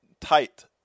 tight